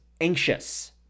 anxious